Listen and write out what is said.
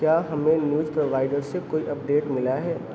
کیا ہمیں news provider سے کوئی اپڈیٹ ملا ہے